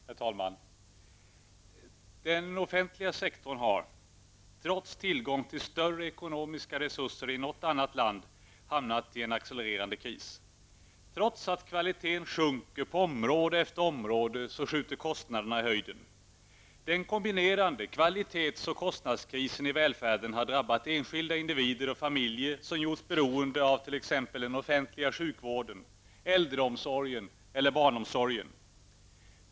Herr talman! Den offentliga sektorn har, trots tillgång till större ekonomiska resurser än i något annat land, hamnat i en accelererande kris. Trots att kvaliteten sjunker på område efter område skjuter kostnaderna i höjden. Den kombinerade kvalitets och kostnadskrisen i välfärden har drabbat enskilda individer och familjer, som gjorts beroende av t.ex. den offentliga sjukvården, äldreomsorgen eller barnomsorgen.